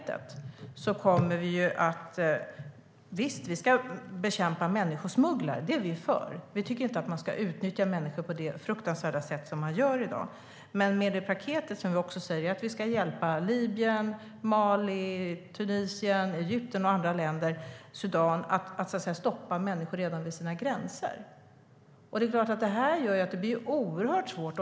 Det är vi kristdemokrater för. Vi tycker inte att människor ska utnyttjas på det fruktansvärda sätt som sker i dag. Men problemet med paketet är att vi ska hjälpa Libyen, Mali, Tunisien, Egypten, Sudan och andra länder att stoppa människor redan vid gränserna. Det blir oerhört svårt.